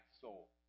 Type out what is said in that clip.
soul